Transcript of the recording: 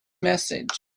message